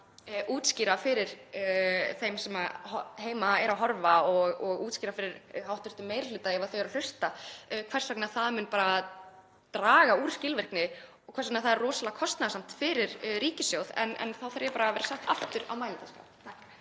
og útskýra fyrir þeim sem eru heima að horfa og útskýra fyrir hv. meiri hluta, ef þau eru að hlusta, hvers vegna það mun draga úr skilvirkni og hvers vegna það er rosalega kostnaðarsamt fyrir ríkissjóð. En þá þarf ég að fara aftur á mælendaskrá.